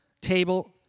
table